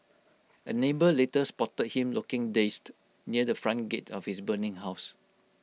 A neighbour later spotted him looking dazed near the front gate of his burning house